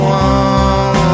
one